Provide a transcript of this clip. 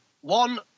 One